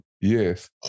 yes